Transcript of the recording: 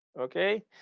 Okay